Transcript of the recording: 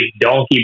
donkey